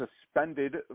suspended